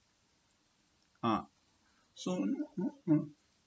ah so